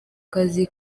kazi